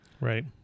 Right